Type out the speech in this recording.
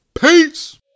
Peace